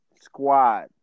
squad